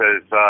says